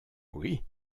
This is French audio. oui